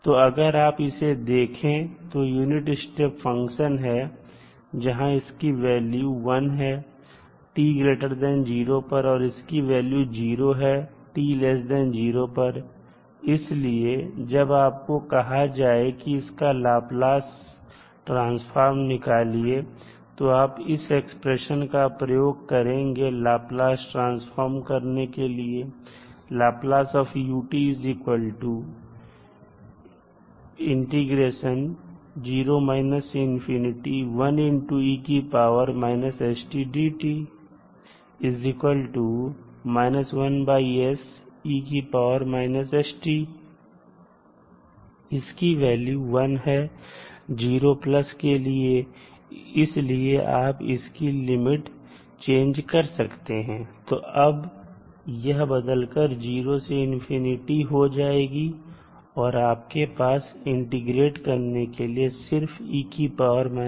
तो अगर आप इसे देखें तो यह यूनिट स्टेप फंक्शन है जहां इसकी वैल्यू 1 है t0 पर और इसकी वैल्यू 0 है t0 पर इसलिए जब आपको कहा जाए कि इसका लाप्लास ट्रांसफॉर्म निकालिए तो आप इस एक्सप्रेशन का प्रयोग करेंगे लाप्लास ट्रांसफॉर्म करने के लिए इसकी वैल्यू 1 है 0 के लिए इसलिए आप इसकी लिमिट चेंज कर सकते हैं तो अब यह बदलकर 0 से हो जाएगी और आपके पास इंटीग्रेट करने के लिए सिर्फ बचेगा